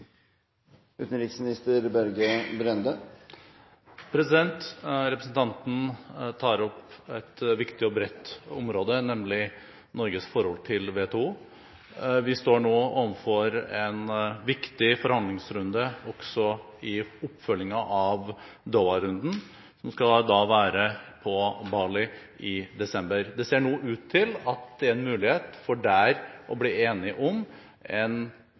Representanten Navarsete tar opp et viktig og bredt område, nemlig Norges forhold til WTO. Vi står nå overfor en viktig forhandlingsrunde i oppfølgingen av Doha-runden. Den skal være på Bali i desember. Det ser nå ut til at det er en mulighet for der å bli enige om en